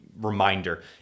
reminder